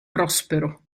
prospero